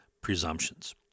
presumptions